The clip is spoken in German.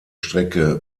strecke